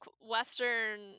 Western